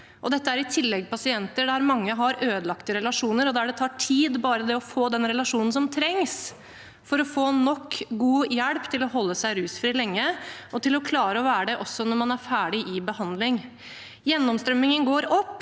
Dette er i tillegg pasienter som i mange tilfeller har ødelagte relasjoner, og bare det å få den relasjonen som trengs for å få nok god hjelp til holde seg rusfri lenge og til å klare å være det også når man er ferdig i behandling, tar tid. Gjennomstrømmingen går opp,